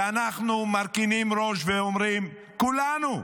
ואנחנו מרכינים ראש ואומרים, כולנו,